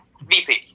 VP